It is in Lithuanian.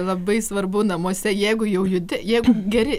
labai svarbu namuose jeigu jau judi jeigu geri